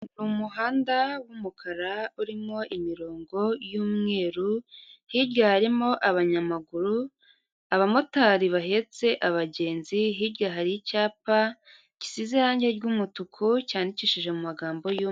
Ni umuhanda w'umukara urimo imirongo y'umweru, hirya harimo abanyamaguru, abamotari bahetse abagenzi, hirya hari icyapa gisize irangi ry'umutuku, cyandikishije mu magambo y'u...